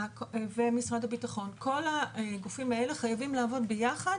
ומשרד הביטחון כל הגופים האלה חייבים לעבוד ביחד,